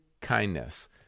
kindness